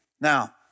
Now